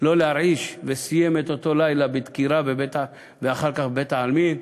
לא להרעיש וסיים את אותו לילה בדקירה ואחר כך בבית-העלמין,